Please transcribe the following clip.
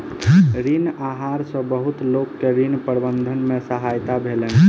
ऋण आहार सॅ बहुत लोक के ऋण प्रबंधन में सहायता भेलैन